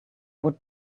would